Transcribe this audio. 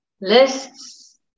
lists